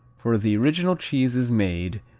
for the original cheese is made,